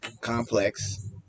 complex